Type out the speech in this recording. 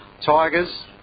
Tigers